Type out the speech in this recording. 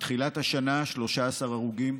מתחילת השנה, 13 הרוגים,